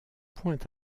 point